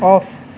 off